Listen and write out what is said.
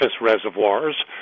reservoirs